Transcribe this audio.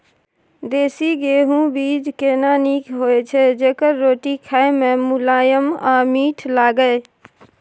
देसी गेहूँ बीज केना नीक होय छै जेकर रोटी खाय मे मुलायम आ मीठ लागय?